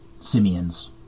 simians